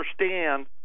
understand